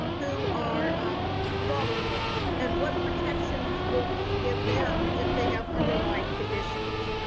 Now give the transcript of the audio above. who are vulnerable and what protections will be give them if they have underlying conditions.